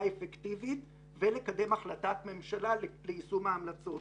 אפקטיבית ולקדם החלטת ממשלה ליישום המלצות.